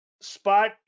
spot